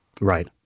Right